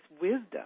wisdom